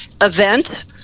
event